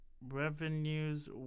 revenues